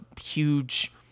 huge